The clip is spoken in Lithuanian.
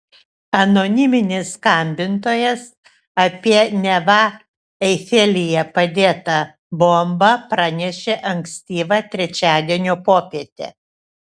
anoniminis skambintojas apie neva eifelyje padėtą bombą pranešė ankstyvą trečiadienio popietę